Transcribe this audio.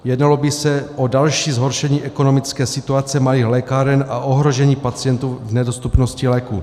Jednalo by se o další zhoršení ekonomické situace malých lékáren a ohrožení pacientů v nedostupnosti léků.